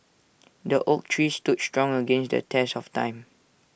the oak tree stood strong against the test of time